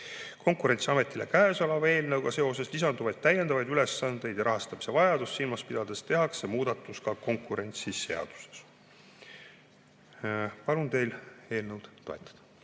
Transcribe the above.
Konkurentsiametile käesoleva eelnõuga seoses lisanduvaid täiendavaid ülesandeid ja rahastamise vajadust silmas pidades tehakse muudatus ka konkurentsiseaduses. Palun teil eelnõu toetada.